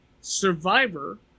Survivor